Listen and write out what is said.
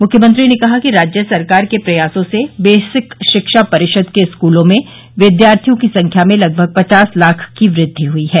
मुख्यमंत्री ने कहा कि राज्य सरकार के प्रयासों से बेसिक शिक्षा परिषद के स्कूलों में विद्यार्थियों की संख्या में लगभग पचास लाख की वृद्धि हुई है